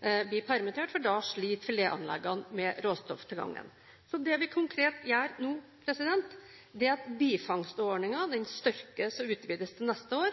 permittert, for da sliter filetanleggene med råstofftilgangen. Det vi konkret gjør nå, er å styrke og utvide bifangstordningen til neste år.